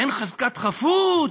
אין חזקת חפות?